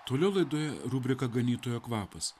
toliau laidoje rubrika ganytojo kvapas